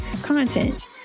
content